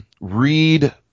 read